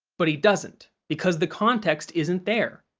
but he doesn't, because the context isn't there.